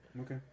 Okay